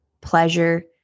pleasure